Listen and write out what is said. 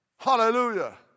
Hallelujah